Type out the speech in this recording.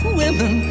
women